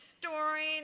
storing